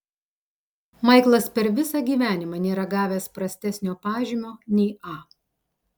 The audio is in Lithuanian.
maiklas per visą gyvenimą nėra gavęs prastesnio pažymio nei a